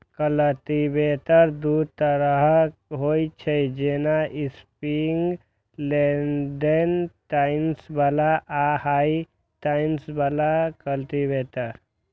cultivator दू तरहक होइ छै, जेना स्प्रिंग लोडेड टाइन्स बला आ हार्ड टाइन बला कल्टीवेटर